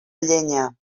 llenya